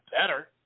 better